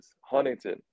Huntington